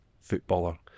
footballer